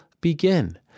begin